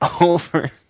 over